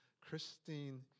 Christine